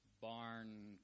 barn